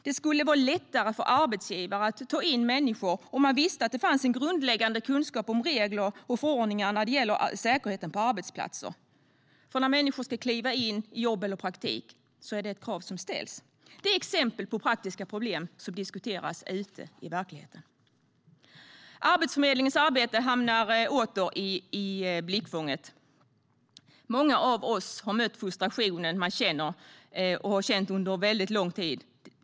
Det skulle vara lättare för arbetsgivare att ta in människor om de visste att det fanns en grundläggande kunskap om regler och förordningar när det gäller säkerheten på arbetsplatser. När människor ska kliva in i jobb eller praktik är det nämligen ett krav som ställs. Det är exempel på praktiska problem som diskuteras ute i verkligheten. Arbetsförmedlingens arbete hamnar åter i blickfånget. Många av oss har mött frustrationen man känner och har känt under mycket lång tid.